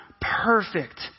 perfect